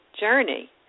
journey